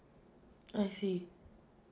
I see